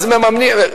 אז מממנים,